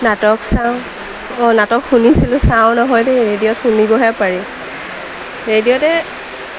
নাটক চাওঁ অঁ নাটক শুনিছিলোঁ চাওঁ নহয় দে ৰেডিঅ'ত শুনিবহে পাৰি ৰেডিঅ'তে